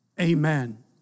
Amen